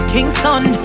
Kingston